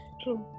True